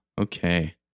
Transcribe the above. Okay